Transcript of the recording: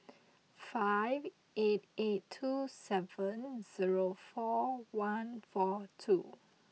five eight eight two seven zero four one four two